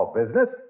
business